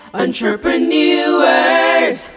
entrepreneurs